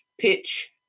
pitch